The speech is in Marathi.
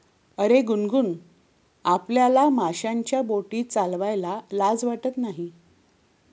अरे गुनगुन, आपल्याला माशांच्या बोटी चालवायला लाज वाटत नाही